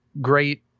great